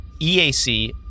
EAC